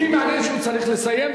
אותי מעניין שהוא צריך לסיים,